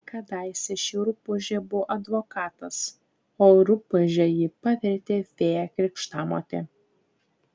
kadaise ši rupūžė buvo advokatas o rupūže jį pavertė fėja krikštamotė